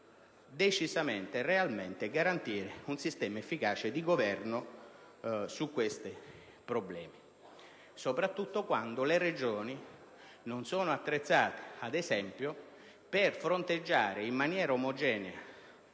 decisamente e realmente, garantire un sistema efficace di governo su questi problemi, soprattutto allorquando le Regioni non sono attrezzate, ad esempio, per fronteggiare in maniera omogenea